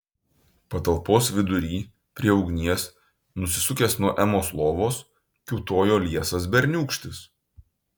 patalpos vidury prie ugnies nusisukęs nuo emos lovos kiūtojo liesas berniūkštis